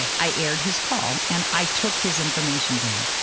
i aired his call and i took his information down.